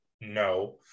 no